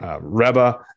Reba